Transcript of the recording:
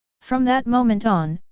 from that moment on,